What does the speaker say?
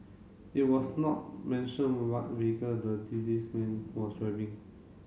it was not mentioned what vehicle the disease man was driving